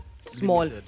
small